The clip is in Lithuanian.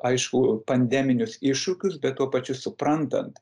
aišku pandeminius iššūkius bet tuo pačiu suprantant